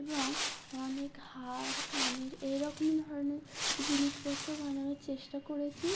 এবং অনেক হাড় কানের এইরকম ধরনের জিনিসপত্র বানানোর চেষ্টা করেছি